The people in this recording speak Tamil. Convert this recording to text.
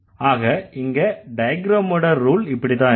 ஆக இங்க டயக்ரமோட ரூல் இப்படித்தான் இருக்கும்